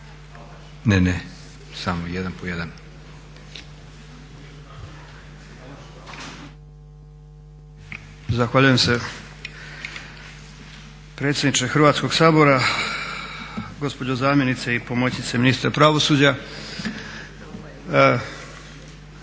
Ne, ne. Samo jedan po jedan.